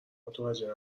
متوجه